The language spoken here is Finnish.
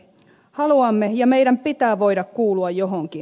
haluamme ja meidän pitää voida kuulua johonkin